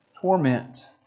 Torment